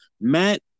Matt